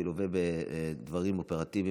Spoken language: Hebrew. זה ילווה בדברים אופרטיביים,